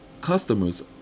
customers